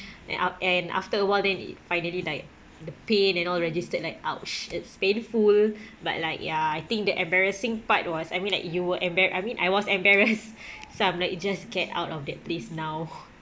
and af~ and after awhile then it finally like the pain and all registered like ouch it's painful but like ya I think the embarrassing part was I mean like you were embar~ I mean I was embarrassed so I'm like just get out of that place now